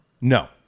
No